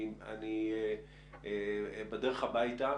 אני בדרך הבית,